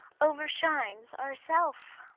overshines ourself.